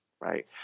Right